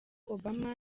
obama